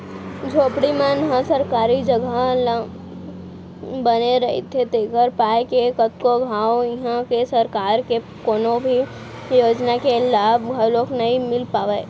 झोपड़ी मन ह सरकारी जघा म बने रहिथे तेखर पाय के कतको घांव इहां के सरकार के कोनो भी योजना के लाभ घलोक नइ मिल पावय